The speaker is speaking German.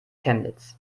chemnitz